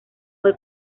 fue